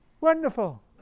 wonderful